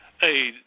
Hey